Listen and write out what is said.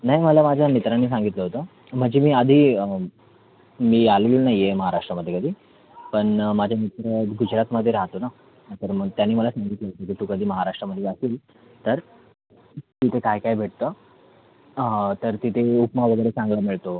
नाही मला माझ्या मित्रांनी सांगितलं होतं म्हणजे मी आधी मी आलेलो नाही आहे महाराष्ट्रामध्ये कधी पण माझे मित्र गुजारतमध्ये राहतो ना हां तर मग त्यांनी मला सांगितलं होतं की तू कधी महाराष्ट्रामध्ये जाशील तर तिथे काय काय भेटतं हां तर तिथे उपमा वगैरे चांगला मिळतो